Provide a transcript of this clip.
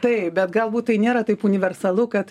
taip bet galbūt tai nėra taip universalu kad